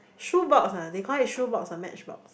shoe box they call a shoe box not match box